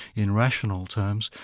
in rational terms,